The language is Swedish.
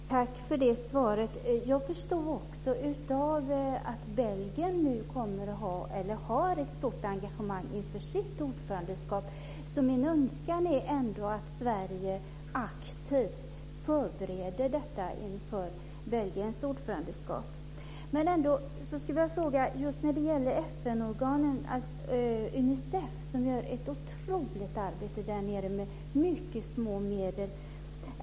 Fru talman! Tack för det svaret. Jag förstår att Belgien har ett stort engagemang inför sitt ordförandeskap. Min önskan är ändå att Sverige aktivt förbereder detta inför Belgiens ordförandeskap. Jag skulle vilja fråga om just FN-organen. Unicef gör ett otroligt arbete där nere med mycket små medel.